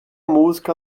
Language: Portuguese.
música